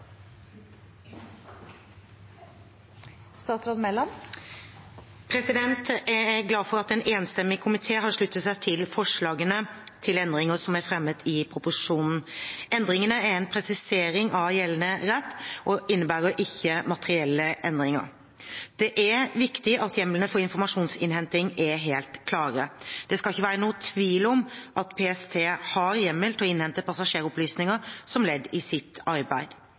bak denne innstillinga. Jeg er glad for at en enstemmig komité har sluttet seg til forslagene til endringer som er fremmet i proposisjonen. Endringene er en presisering av gjeldende rett og innebærer ikke materielle endringer. Det er viktig at hjemlene for informasjonsinnhenting er helt klare. Det skal ikke være noen tvil om at PST har hjemmel til å innhente passasjeropplysninger som ledd i sitt arbeid.